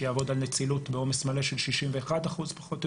שיעבוד על נצילות בעומס מלא של 61% פחות או